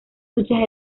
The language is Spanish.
duchas